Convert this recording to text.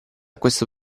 questo